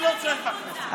יצאתי החוצה,